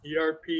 ERP